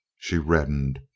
she reddened,